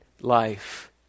life